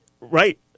right